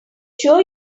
sure